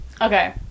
okay